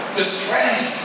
distress